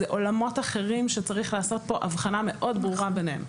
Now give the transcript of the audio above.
זה עולמים אחרים שצריך לעשות פה הבחנה מאוד ברורה ביניהם.